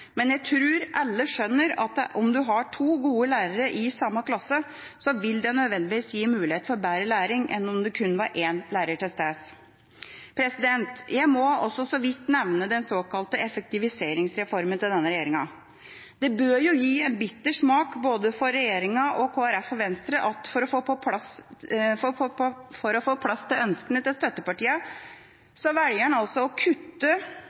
men jeg tror alle skjønner at om en har to gode lærere i samme klasse, vil det nødvendigvis gi mulighet for bedre læring enn om det kun var én lærer til stede. Jeg må også så vidt nevne den såkalte effektiviseringsreformen til denne regjeringa. Det bør gi en bitter smak for både regjeringa og Kristelig Folkeparti og Venstre at for å få plass til ønskene til støttepartiene velger man å øke kuttene som gis flatt til